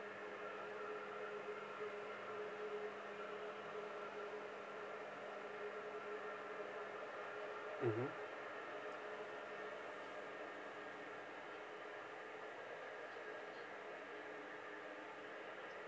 mmhmm